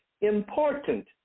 important